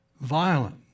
violent